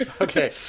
Okay